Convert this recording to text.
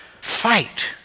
fight